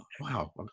wow